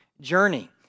journey